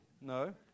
No